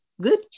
good